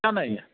ठीकु आहे न ईअं